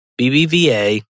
BBVA